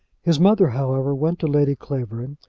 his mother, however, went to lady clavering,